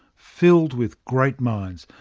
filled with great minds,